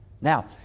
Now